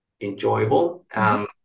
enjoyable